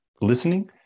listening